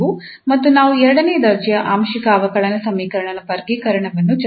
ಮತ್ತು ನಾವು ಎರಡನೇ ದರ್ಜೆಯ ಆಂಶಿಕ ಅವಕಲನ ಸಮೀಕರಣಗಳ ವರ್ಗೀಕರಣವನ್ನು ಚರ್ಚಿಸಿದ್ದೇವೆ